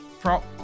prop